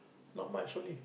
not much only